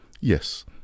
Yes